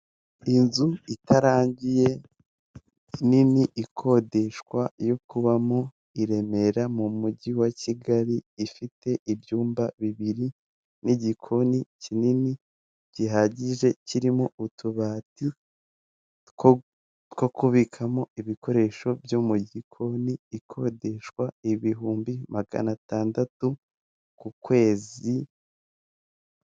Urupapuro rufite ibara ry'umweru ruho ibintu bigiye bitandukanye ririho inkweto zifite ibara ry'igitaka ndetse n'ivu hamwe n'umukara hariho akamashini gafite ibara ry'umweru ndetse kandi amagambo yandikishijwe ibara ry'umutuku, umukobwa wambaye mu mupira k'umweru.